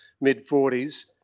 mid-40s